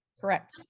correct